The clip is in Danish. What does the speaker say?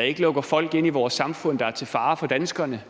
ikke lukker folk ind i vores samfund, der er til fare for danskerne,